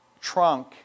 trunk